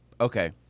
okay